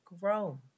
grown